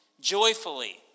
joyfully